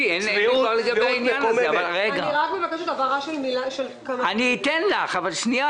התקבלה - העברות של החינוך